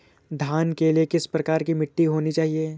धान के लिए किस प्रकार की मिट्टी होनी चाहिए?